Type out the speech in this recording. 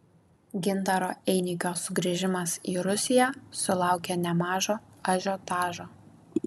gintaro einikio sugrįžimas į rusiją sulaukė nemažo ažiotažo